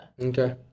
okay